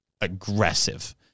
aggressive